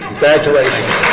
congratulations.